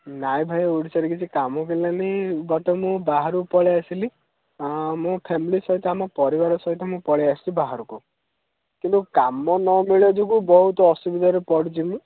ନାଇଁ ଭାଇ ଓଡ଼ିଶାରେ କିଛି କାମ ମିଳିଲାନି ଗୋଟେ ମୁଁ ବାହାରକୁ ପଳେଇଆସିଲି ମୁଁ ଫ୍ୟାମିଲି ସହିତ ଆମ ପରିବାର ସହିତ ମୁଁ ପଳେଇଆସିଛି ବାହାରକୁ କିନ୍ତୁ କାମ ନ ମିଳିବା ଯୋଗୁଁ ବହୁତ ଅସୁବିଧାରେ ପଡ଼ିଛି ମୁଁ